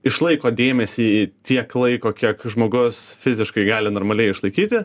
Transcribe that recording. išlaiko dėmesį į tiek laiko kiek žmogus fiziškai gali normaliai išlaikyti